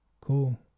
cool